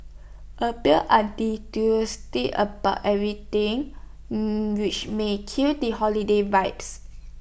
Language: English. appears about everything which may kill the holiday vibes